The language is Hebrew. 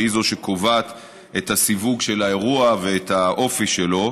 שהיא שקובעת את הסיווג של האירוע ואת האופי שלו,